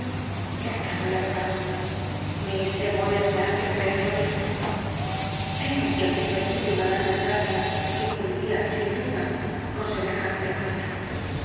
exclamó el abogado mis temores me hacen creer lo mismo temo que se oculte aquí una gran desgracia que ocurriría sin duda con semejante encuentro